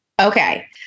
Okay